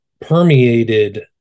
permeated